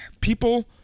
people